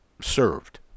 served—